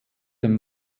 dem